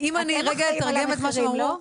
אם אני רגע אתרגם את מה שהם אמרו,